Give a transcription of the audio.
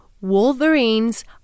wolverines